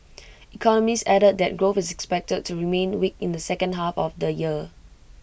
economists added that growth is expected to remain weak in the second half of the year